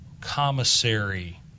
commissary